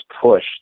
push